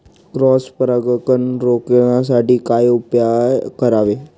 Cross परागकण रोखण्यासाठी काय उपाय करावे?